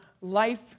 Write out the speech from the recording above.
life